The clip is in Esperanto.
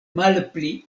malpli